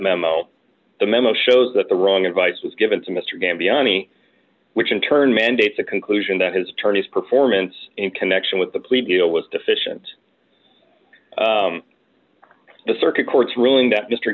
memo the memo shows that the wrong advice was given to mr graham beyond me which in turn mandates the conclusion that his attorneys performance in connection with the plea deal was deficient the circuit court's ruling that mr